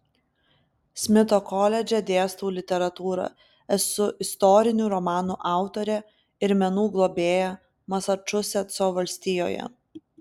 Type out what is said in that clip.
smito koledže dėstau literatūrą esu istorinių romanų autorė ir menų globėja masačusetso valstijoje